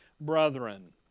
brethren